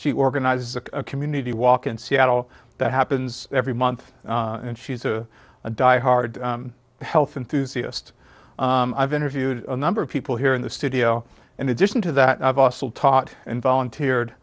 she organized a community walk in seattle that happens every month and she's a die hard health enthusiastic i've interviewed a number of people here in the studio in addition to that i've also taught and volunteered